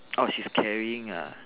orh she's carrying ah